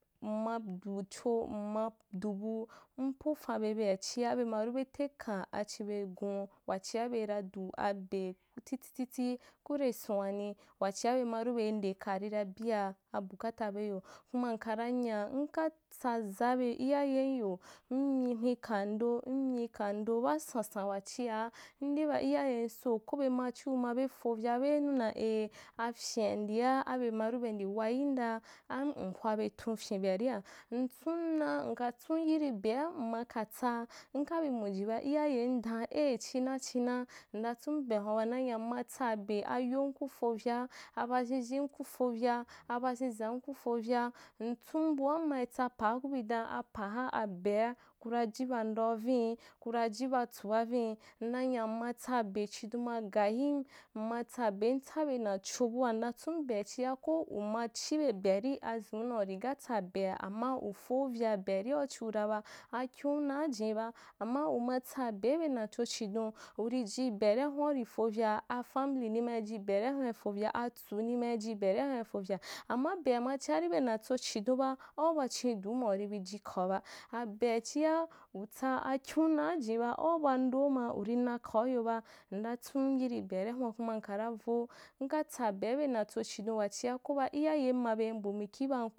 M ma duchi m ma dubu m pofan be bea chia abemaru be te kaa achinbe gun wacha beira du abe titi titi ko nde ason anì wachia be ma ru be, ndeka rìra bia abu katabe iyo, kuma nkara nya nka tsaza abe kyayem yo m myi hwenka ndo mm yika ndo baa sansan wachia nde ba iyayem sə, ko bema chiu ma be fovya be yinu dan eh afyin a ndua abem aru bendi wa yin da, am mhwa be tun fyinbea rî, ntsan dan nkatsun yiri be’a m ma ba tsaa, mka bi muji ba iyayen dan eh china china, n natsun be ahun’abaa, n nanya m matsa be, ayoni kufovya abazhezhem ku fovya, aba’un zam kufovya, ntsun bua mma tsa paa kubi dan apaa abe’a kuraji ba ndea vin’i kura jiba tusa vin’i n nanya m matsabe chidon ma gayim m matsa be mtsabe nacho bua nda tsua bea chi ko umachi be bearî azin uda uri gaatsa bea amma ufovya be aria uchiu ra ba, akin unaa ginibe amma uma tsabe ibe nacho chidon, urî ji be arîa hum’a be ari’a hun’a ifovya, atsuni ma iji be arîa hun’a ifovya amma be’ama chia ibe nacho chidon ba, auba chin diu ma urî bi ji kauba, abe achia utsa urî na kavyoba, ndatsun yiri be arìa hun’a ba, kuma nkara vo, nka tsa be ibe nacho chi don wachia ko ba iyayem ma bei mbu mikin bam.